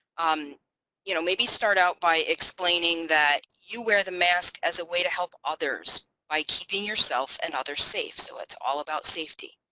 um you know maybe start out by explaining that you wear the mask as a way to help others by keeping yourself and others safe. so it's all about safety.